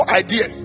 idea